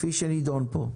כפי שנדון פה?